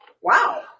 Wow